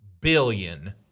billion